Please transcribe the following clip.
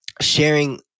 sharing